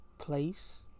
place